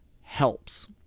helps